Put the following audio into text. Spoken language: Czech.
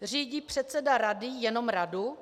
Řídí předseda rady jenom radu?